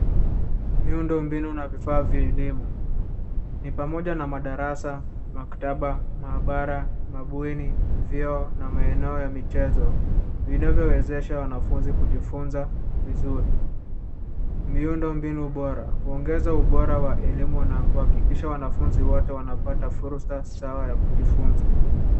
Miundombinu na vifaa vya elimu. Ni pamoja na madarasa, maktaba, maabara, mabweni, vyoo na maeneo ya michezo vinavyowezesha wanafunzi kujifunza vizuri. Miundombinu bora huongeza ubora wa elimu na huhakikisha wanafunzi wote wanapata fursa sawa ya kujifunza.